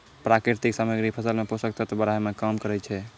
प्राकृतिक सामग्री फसल मे पोषक तत्व बढ़ाय में काम करै छै